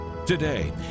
today